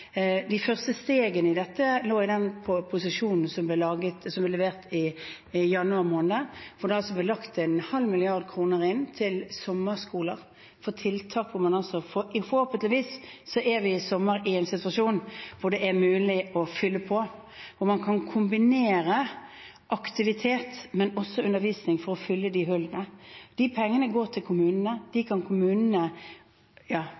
De første stegene i dette lå i proposisjonen som ble levert i januar måned, hvor det altså ble lagt inn en halv milliard kroner til sommerskoler. Forhåpentligvis er vi i sommer i en situasjon hvor det er mulig å fylle på, hvor man kan kombinere aktivitet og undervisning for å fylle hullene. De pengene går til kommunene.